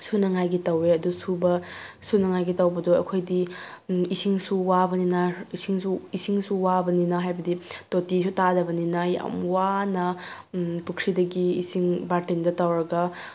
ꯁꯨꯅꯉꯥꯏꯒꯤ ꯇꯧꯏ ꯑꯗꯨ ꯁꯨꯕ ꯁꯨꯅꯉꯥꯏꯒꯤ ꯇꯧꯕꯗꯣ ꯑꯩꯈꯣꯏꯗꯤ ꯏꯁꯤꯡꯁꯨ ꯋꯥꯕꯅꯤꯅ ꯏꯁꯤꯡꯁꯨ ꯏꯁꯤꯡꯁꯨ ꯋꯥꯕꯅꯤꯅ ꯍꯥꯏꯕꯗꯤ ꯇꯣꯇꯤꯁꯨ ꯇꯥꯗꯕꯅꯤꯅ ꯌꯥꯝ ꯋꯥꯅ ꯄꯨꯈ꯭ꯔꯤꯗꯒꯤ ꯏꯁꯤꯡ ꯕꯥꯜꯇꯤꯟꯗ ꯇꯧꯔꯒ